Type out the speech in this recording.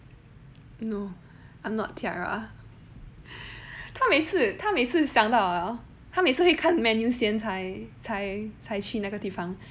no I'm not tiara 他每次他每次会看 menu 先 then 才才才去那个地方